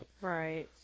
Right